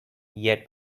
yet